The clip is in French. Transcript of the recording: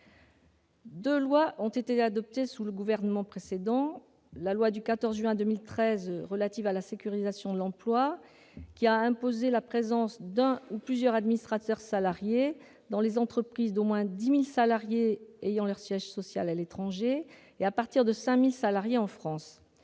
Deux lois ont été adoptées sous le gouvernement précédent. La loi du 14 juin 2013 relative à la sécurisation de l'emploi a imposé la présence d'un ou plusieurs administrateurs salariés dans les entreprises d'au moins 10 000 salariés ayant leur siège social à l'étranger, et à partir de 5 000 salariés en France.